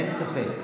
אין ספק,